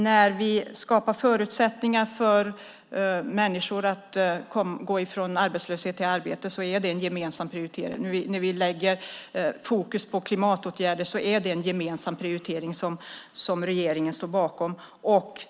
När vi skapar förutsättningar för människor att gå från arbetslöshet till arbete är det en gemensam prioritering. När vi lägger fokus på klimatåtgärder är det en gemensam prioritering som regeringen står bakom.